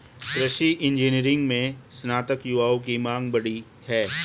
कृषि इंजीनियरिंग में स्नातक युवाओं की मांग बढ़ी है